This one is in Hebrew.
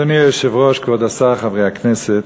אדוני היושב-ראש, כבוד השר, חברי הכנסת,